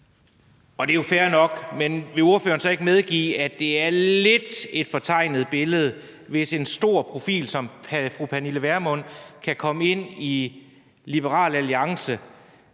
Det er jo fair nok, men vil ordføreren så ikke medgive, at det er et lidt fortegnet billede, hvis en stor profil som fru Pernille Vermund lige kan komme ind i Liberal Alliance